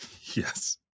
Yes